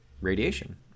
radiation